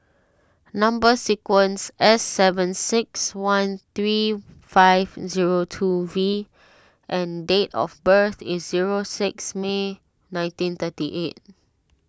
Number Sequence S seven six one three five zero two V and date of birth is zero six May nineteen thirty eight